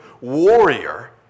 warrior